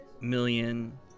million